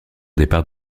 départ